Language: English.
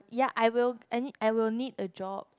ya I will I need I will need a job